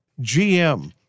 GM